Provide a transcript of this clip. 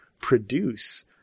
produce